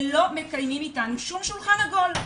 ולא מקיימים אתנו שום שולחו עגול.